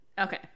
Okay